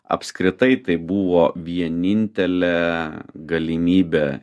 apskritai tai buvo vienintelė galimybė